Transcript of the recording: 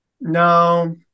no